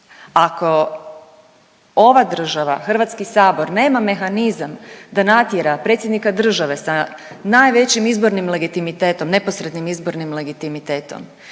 Ako ova država, HS nema mehanizam da natjera predsjednika države sa najvećim izbornim legitimitetom, neposrednim izbornim legitimitetom